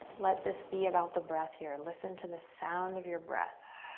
let this be about the breath here. listen to the sound of your breath.